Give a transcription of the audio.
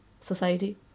society